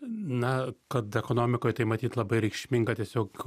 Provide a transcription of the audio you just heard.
na kad ekonomikoj tai matyt labai reikšminga tiesiog